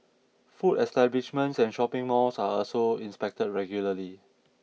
food establishments and shopping malls are also inspected regularly